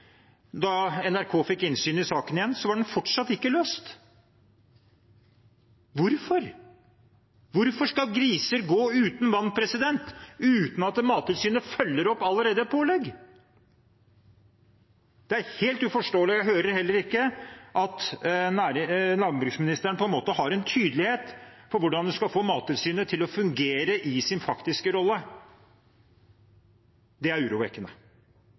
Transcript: Da NRK fikk innsyn i saken igjen, var den fortsatt ikke løst. Hvorfor? Hvorfor skal griser gå uten vann, uten at Mattilsynet følger opp pålegg som allerede er gitt? Det er helt uforståelig, og jeg hører heller ikke at landbruksministeren har en tydelighet på hvordan hun skal få Mattilsynet til å fungere i sin faktiske rolle. Det er urovekkende.